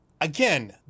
again